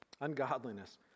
Ungodliness